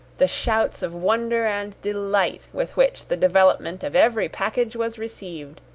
the shouts of wonder and delight with which the development of every package was received!